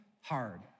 hard